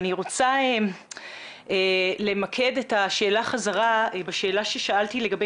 אני רוצה למקד את השאלה חזרה בשאלה ששאלתי לגבי